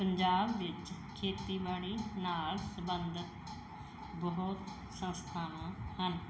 ਪੰਜਾਬ ਵਿੱਚ ਖੇਤੀਬਾੜੀ ਨਾਲ ਸੰਬੰਧਿਤ ਬਹੁਤ ਸੰਸਥਾਵਾਂ ਹਨ